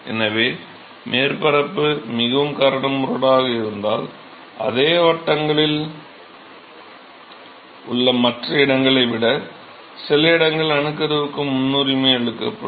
எனவே மேற்பரப்பு மிகவும் கரடுமுரடாக இருந்தால் அதே வட்டங்களில் உள்ள மற்ற இடங்களை விட சில இடங்கள் அணுக்கருவுக்கு முன்னுரிமை அளிக்கப்படும்